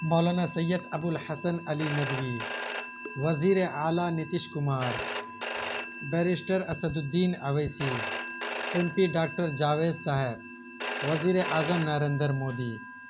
مولانا سید ابو الحسن علی ندوی وزیر اعلیٰ Nitish Kumar barrister Asaduddin Owaisi M P doctor Javed sahab وزیر اعظم نریندر مودی